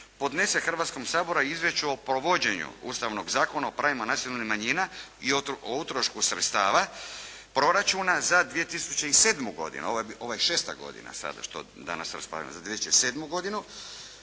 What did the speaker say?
podnese Hrvatskom saboru izvješće o provođenju Ustavnog zakona o pravima nacionalnih manjina i o utrošku sredstava proračuna za 2007. godinu",